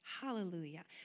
Hallelujah